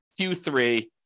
Q3